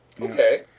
Okay